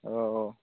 औ औ